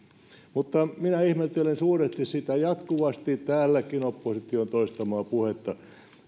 minä ihmettelen suuresti sitä jatkuvasti täälläkin opposition toistamaa puhetta